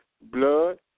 blood